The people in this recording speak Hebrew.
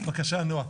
בקשה, נועה.